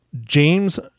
James